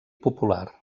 popular